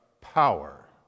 power